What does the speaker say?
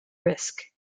risk